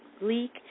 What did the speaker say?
leak